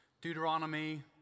Deuteronomy